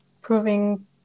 proving